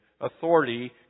authority